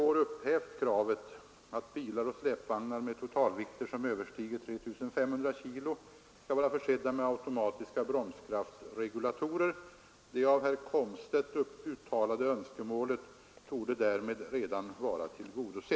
Det av herr Komstedt — Nr 148 uttalade önskemålet torde därmed redan vara tillgodosett. Torsdagen den 6 december 1973